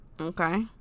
okay